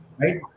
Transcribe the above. right